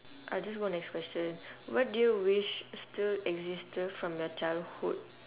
I just go next question what do you wish still existed from your childhood